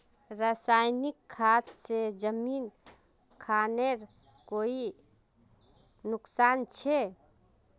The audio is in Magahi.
रासायनिक खाद से जमीन खानेर कोई नुकसान छे?